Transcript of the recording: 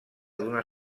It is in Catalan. d’una